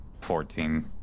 fourteen